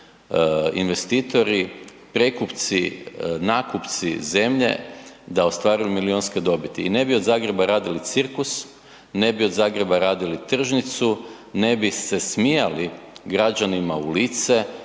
investitori, prekupci, nakupci zemlje da ostvaruju milijunske dobiti i ne bi od Zagreba radili cirkus, ne bi od Zagreba radili tržnicu, ne bi se smijali građanima u lice,